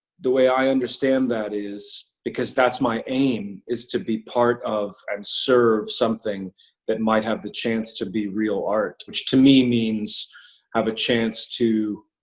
the way i understand that is, because that's my aim, is to be part of and um serve something that might have the chance to be real art, which to me means have a chance to.